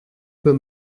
peu